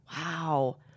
Wow